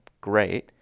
great